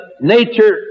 nature